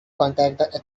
contact